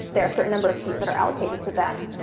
there are certain number of seats that are allocated to them.